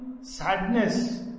sadness